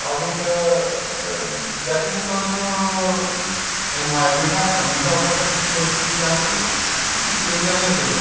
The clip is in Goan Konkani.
आनीक जेतून कर्न एनवायरोमेंटाक हानी जावपा सारकी गोश्टी जास्त उपयोग जायनाशिल्लो